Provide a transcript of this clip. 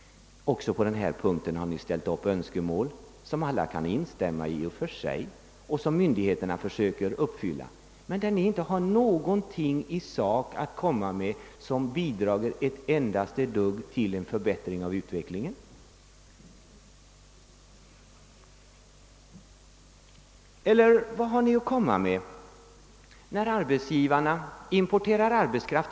Också på den här punkten har ni ställt upp önskemål, som alla i och för sig kan instämma i och som myndigheterna försöker uppfylla. Men ni har inte någonting i sak att komma med som det minsta bidrar till en bättre utveckling. Eller vad har ni att säga när arbetsgivarna importerar arbetskraft?